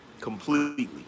Completely